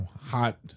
hot